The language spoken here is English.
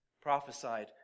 prophesied